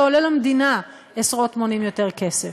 ועולה למדינה עשרות מונים יותר כסף.